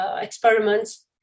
experiments